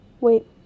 Wait